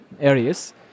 areas